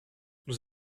nous